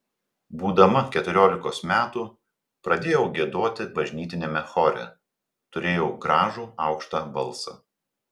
būdama keturiolikos metų pradėjau giedoti bažnytiniame chore turėjau gražų aukštą balsą